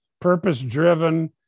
purpose-driven